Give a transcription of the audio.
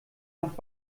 noch